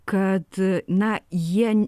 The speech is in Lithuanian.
kad na jie